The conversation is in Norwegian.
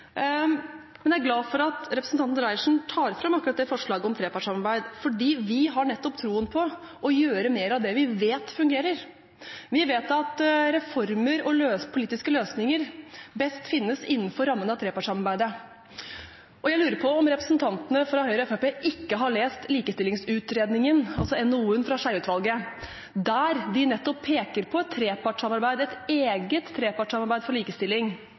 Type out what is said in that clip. Men jeg er glad for at representanten Reiertsen tar fram forslaget om trepartssamarbeid, fordi vi nettopp har troen på å gjøre mer av det vi vet fungerer. Vi vet at reformer og politiske løsninger best finnes innenfor rammen av trepartssamarbeidet. Jeg lurer på om representantene fra Høyre og Fremskrittspartiet ikke har lest likestillingsutredningen, altså NOU-en fra Skjeie-utvalget, der